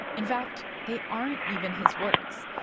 in fact, they aren't even his words.